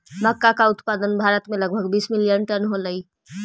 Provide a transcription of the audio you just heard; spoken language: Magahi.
मक्का का उत्पादन भारत में लगभग बीस मिलियन टन होलई